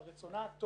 על רצונה הטוב